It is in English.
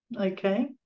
okay